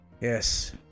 Yes